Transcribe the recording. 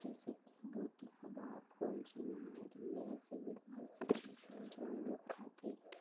جیسے کہ بوٹی کباب کلچے نہاری ایسے بھی بہت سی چیزیں ہیں جو ہم لوگ کھاتے